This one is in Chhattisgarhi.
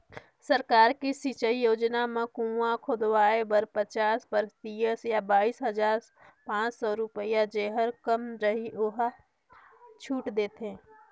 सरकार के सिंचई योजना म कुंआ खोदवाए बर पचास परतिसत य बाइस हजार पाँच सौ रुपिया जेहर कम रहि ओला छूट देथे